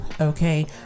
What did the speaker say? Okay